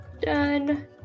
Done